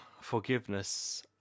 forgiveness